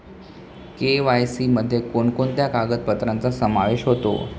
KYC मध्ये कोणकोणत्या कागदपत्रांचा समावेश होतो?